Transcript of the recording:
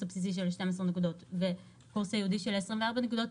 הבסיסי של 12 נקודות והקורס הייעודי של 24 נקודות,